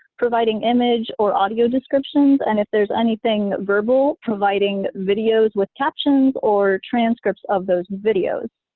providing image or audio descriptions, and if there's anything verbal, providing videos with captions or transcripts of those videos.